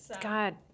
god